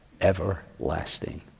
everlasting